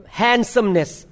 handsomeness